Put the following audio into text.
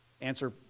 answer